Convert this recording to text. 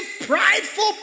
prideful